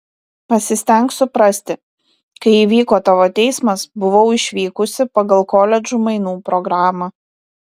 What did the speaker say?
pasistenk suprasti kai įvyko tavo teismas buvau išvykusi pagal koledžų mainų programą